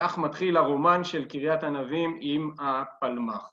כך מתחיל הרומן של קריאת ענבים עם הפלמ"ח.